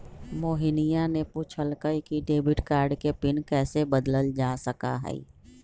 मोहिनीया ने पूछल कई कि डेबिट कार्ड के पिन कैसे बदल्ल जा सका हई?